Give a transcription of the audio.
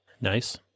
Nice